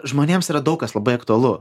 žmonėms yra daug kas labai aktualu